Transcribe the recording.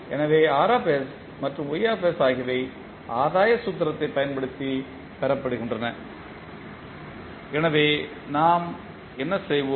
எனவே R மற்றும் Y ஆகியவை ஆதாய சூத்திரத்தைப் பயன்படுத்தி பெறப்படுகின்றன எனவே நாம் என்ன செய்வோம்